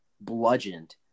bludgeoned